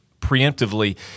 preemptively